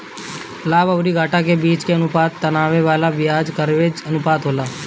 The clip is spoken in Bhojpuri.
लाभ अउरी घाटा के बीच के अनुपात के बतावे वाला बियाज कवरेज अनुपात होला